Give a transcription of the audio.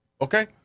okay